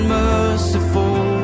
merciful